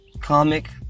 comic